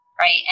right